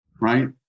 Right